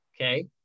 okay